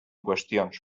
qüestions